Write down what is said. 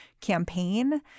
campaign